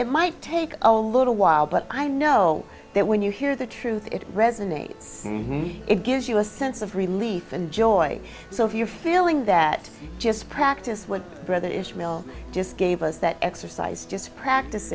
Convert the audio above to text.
it might take a little while but i know that when you hear the truth it resonates it gives you a sense of relief and joy so if you're feeling that just practice what brother ishmael just gave us that exercise just practice